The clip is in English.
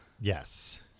Yes